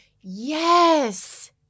Yes